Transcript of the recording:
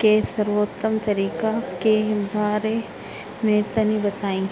के सर्वोत्तम तरीके के बारे में तनी बताई?